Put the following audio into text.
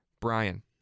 Brian